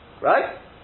Right